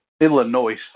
Illinois